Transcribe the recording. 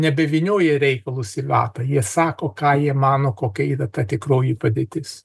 nebevynioja reikalus į vatą jie sako ką jie mano kokia yra ta tikroji padėtis